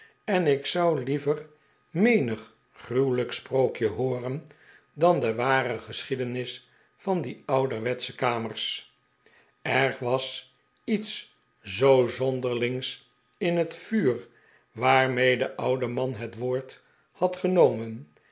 en ik zou liever menig gruwelijk sprookje hooren dan de ware geschiedenis van die ouderwetsche kamers er was iets zoo zonderlings in het vuur waarmee de oude man het woord had ge